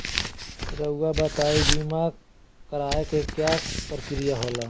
रहुआ बताइं बीमा कराए के क्या प्रक्रिया होला?